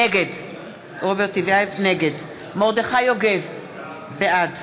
נגד מרדכי יוגב, בעד